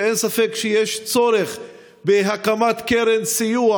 ואין ספק שיש צורך בהקמת קרן סיוע